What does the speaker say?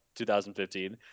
2015